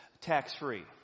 tax-free